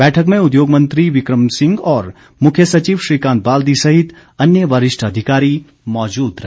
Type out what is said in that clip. बैठक में उद्योग मंत्री बिक्रम सिंह और मुख्य सचिव श्रीकांत बाल्दी सहित अन्य वरिष्ठ अधिकारी मौजूद रहे